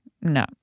No